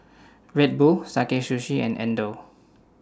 Red Bull Sakae Sushi and Xndo